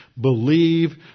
believe